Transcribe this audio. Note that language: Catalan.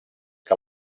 que